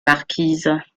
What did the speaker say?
marquise